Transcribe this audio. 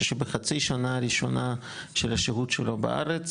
שבחצי שנה הראשונה של השהות שלו בארץ,